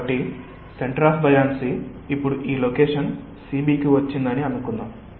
కాబట్టి centre of buoyancy ఇప్పుడు ఈ లొకేషన్ CB కి వచ్చిందని అనుకుందాం